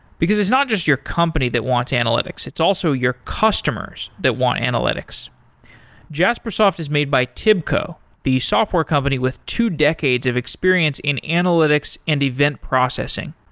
because it's not just your company that wants analytics, it's also your customers that want analytics jaspersoft is made by tibco, the software company with two decades of experience in analytics and event processing.